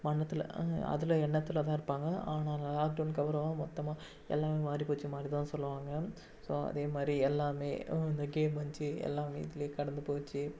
மன்னத்துல அதில் எண்ணத்தில் தான் இருப்பாங்க ஆனால் லாக் டவுனுக்கு அப்புறம் மொத்தமாக எல்லாமே மாறி போச்சு மாதிரி தான் சொல்வாங்க ஸோ அதே மாதிரி எல்லாமே இந்த கேமு வந்துச்சி எல்லாமே இதிலே கடந்து போச்சு